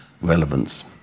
relevance